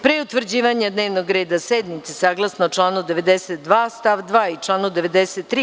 Pre utvrđivanja dnevnog reda sednice, saglasno članu 92. stav 2. i članu 93.